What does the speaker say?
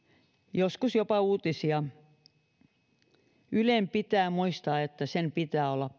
joskus jopa uutisia ylen pitää muistaa että sen pitää olla